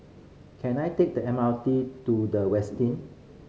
can I take the M R T to The Westin